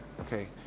Okay